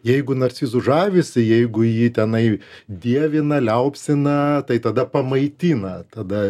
jeigu narcizu žavisi jeigu jį tenai dievina liaupsina tai tada pamaitina tada